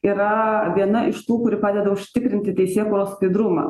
yra viena iš tų kuri padeda užtikrinti teisėkūros skaidrumą